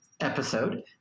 episode